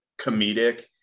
comedic